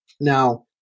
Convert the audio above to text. Now